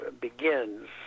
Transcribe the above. begins